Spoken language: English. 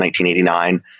1989